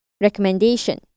recommendation